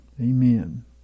Amen